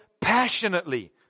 passionately